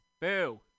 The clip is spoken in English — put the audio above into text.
Boo